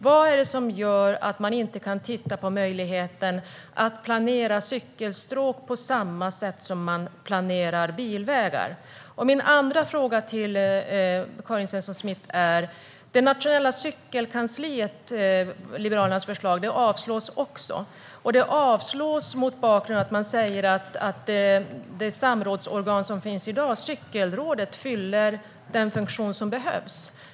Vad är det som gör att man inte kan titta på möjligheten att planera cykelstråk på samma sätt som man planerar bilvägar? Liberalernas förslag om ett nationellt cykelkansli avslås också. Man säger att det samrådsorgan som finns i dag, Nationella cykelrådet, fyller den funktion som behövs.